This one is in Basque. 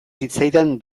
zitzaidan